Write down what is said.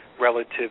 relative